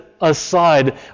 aside